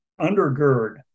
undergird